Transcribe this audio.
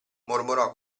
mormorò